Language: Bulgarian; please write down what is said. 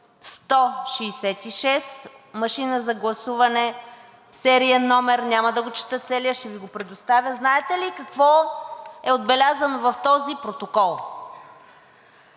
машина за гласуване сериен номер, няма да го чета целия, ще Ви го предоставя. Знаете ли какво е отбелязано в този протокол?